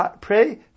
pray